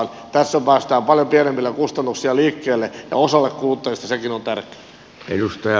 tässä päästään paljon pienemmillä kustannuksilla liikkeelle ja osalle kuluttajista sekin on tärkeätä